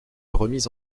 remise